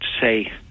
say